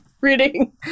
Reading